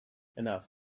enough